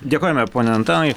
dėkojame pone antanai